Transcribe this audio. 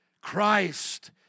Christ